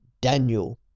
Daniel